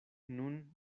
nun